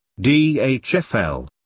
DHFL